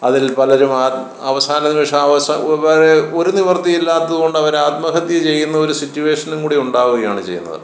അതിൽ പലരും അവസാന നിമിഷം അവസാനം വേറെ ഒരു നിവൃത്തിയും ഇല്ലാത്തതുകൊണ്ട് അവർ ആത്മഹത്യ ചെയ്യുന്നൊരു സിറ്റുവേഷനും കൂടി ഉണ്ടാവുകയാണ് ചെയ്യുന്നത്